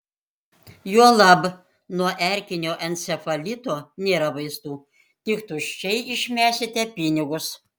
juolab nuo erkinio encefalito nėra vaistų tik tuščiai išmesite pinigus